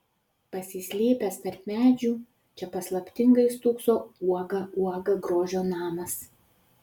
pasislėpęs tarp medžių čia paslaptingai stūkso uoga uoga grožio namas